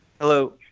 Hello